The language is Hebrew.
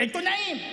עיתונאים.